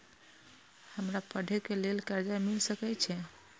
हमरा पढ़े के लेल कर्जा मिल सके छे?